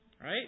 Right